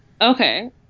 Okay